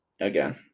again